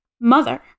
mother